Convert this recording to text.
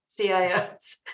CIOs